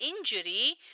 injury